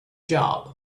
job